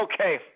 okay